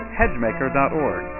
hedgemaker.org